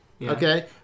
Okay